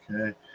Okay